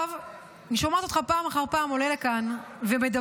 אני שומעת אותך פעם אחר פעם עולה לכאן ומדבר